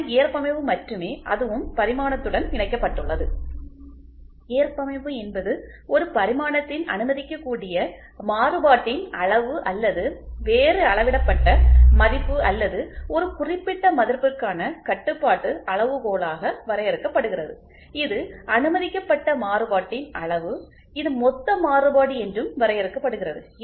அது ஏற்பமைவு மட்டுமே அதுவும் பரிமாணத்துடன் இணைக்கப்பட்டுள்ளது ஏற்பமைவு என்பது ஒரு பரிமாணத்தின் அனுமதிக்கக்கூடிய மாறுபாட்டின் அளவு அல்லது வேறு அளவிடப்பட்ட மதிப்பு அல்லது ஒரு குறிப்பிட்ட மதிப்பிற்கான கட்டுப்பாட்டு அளவுகோலாக வரையறுக்கப்படுகிறது இது அனுமதிக்கப்பட்ட மாறுபாட்டின் அளவு இது மொத்த மாறுபாடு என்றும் வரையறுக்கப்படுகிறது